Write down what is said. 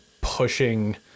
pushing